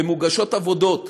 ומוגשות עבודות